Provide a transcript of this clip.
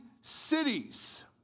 cities